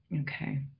Okay